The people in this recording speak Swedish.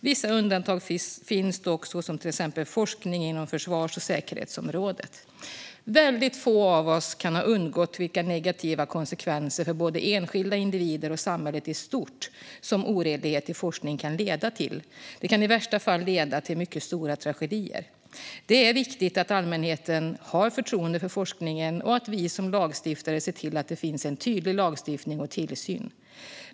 Vissa undantag finns dock, till exempel forskning inom försvars och säkerhetsområdet. Få av oss kan ha undgått att notera vilka negativa konsekvenser för både enskilda individer och samhället i stort som oredlighet i forskning kan leda till. Det kan i värsta fall leda till mycket stora tragedier. Det är viktigt att allmänheten har förtroende för forskningen och att vi som lagstiftare ser till att det finns en tydlig lagstiftning och tillsyn.